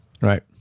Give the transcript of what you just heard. right